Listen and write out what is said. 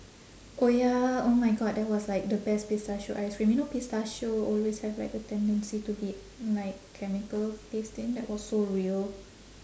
orh ya oh my god that was like the best pistachio ice cream you know pistachio always have like a tendency to be like chemical tasting that was so real